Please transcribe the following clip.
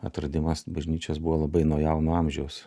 atradimas bažnyčios buvo labai nuo jauno amžiaus